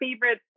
favorite